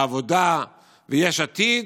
העבודה ויש עתיד,